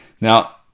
now